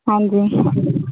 ਹਾਂਜੀ